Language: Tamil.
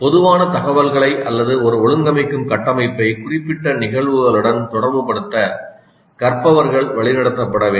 பொதுவான தகவல்களை அல்லது ஒரு ஒழுங்கமைக்கும் கட்டமைப்பை குறிப்பிட்ட நிகழ்வுகளுடன் தொடர்பு படுத்த கற்பவர்கள் வழிநடத்தப்பட வேண்டும்